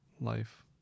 Life